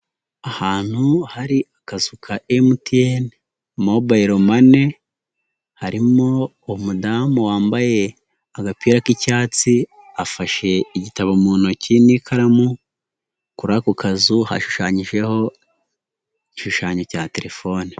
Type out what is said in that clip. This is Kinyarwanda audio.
Ahantu hari akazu ka MTN Mobile Money, harimo umudamu wambaye agapira k'icyatsi, afashe igitabo mu ntoki n'ikaramukura, kuri ako kazu hashushanyijeho igishushanyo cya telefone.